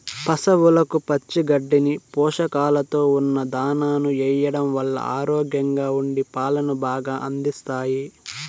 పసవులకు పచ్చి గడ్డిని, పోషకాలతో ఉన్న దానాను ఎయ్యడం వల్ల ఆరోగ్యంగా ఉండి పాలను బాగా అందిస్తాయి